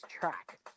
track